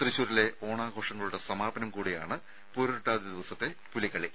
തൃശൂരിലെ ഓണാഘോഷങ്ങളുടെ സമാപനം കൂടിയാണ് പൂരുരുട്ടാതി ദിവസത്തെ പുലിക്കളി